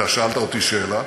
אתה שאלת אותי שאלה,